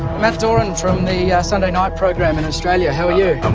matt doran from the sunday night programme in australia. how are you? i'm